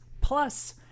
Plus